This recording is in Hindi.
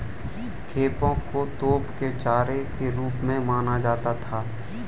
खेपों को तोप के चारे के रूप में माना जाता था